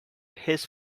his